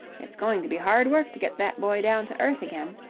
it's going to be hard work to get that boy down to earth again.